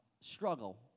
struggle